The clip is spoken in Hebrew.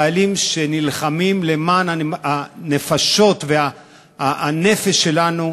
החיילים שנלחמים למען הנפשות והנפש שלנו,